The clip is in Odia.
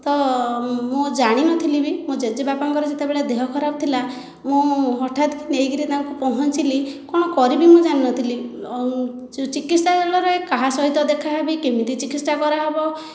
ତ ମୁଁ ଜାଣିନଥିଲି ବି ମୋ ଜେଜେବାପାଙ୍କର ଯେତେବେଳେ ଦେହ ଖରାପ ଥିଲା ମୁଁ ହଠାତ୍ ନେଇକରି ତାଙ୍କୁ ପହଞ୍ଚିଲି କ'ଣ କରିବି ମୁଁ ଜାଣିନଥିଲି ଚିକିତ୍ସାଳୟରେ କାହାସହ ଦେଖା ହେବି କେମିତି ଚିକିତ୍ସା କରାହେବ